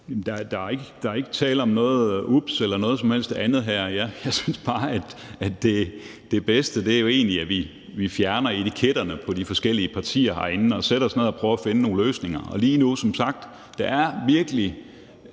Der er ikke tale om noget ups eller noget som helst andet. Jeg synes bare, at det bedste egentlig er, at vi fjerner etiketterne på de forskellige partier herinde og sætter os ned og prøver at finde nogle løsninger. Lige nu er der som sagt ægte brug